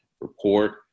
report